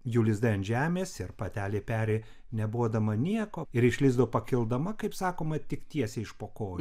jų lizdai ant žemės ir patelė peri nebodama nieko ir iš lizdo pakildama kaip sakoma tik tiesiai iš po kojų